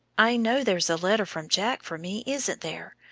i know there's a letter from jack for me, isn't there?